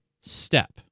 step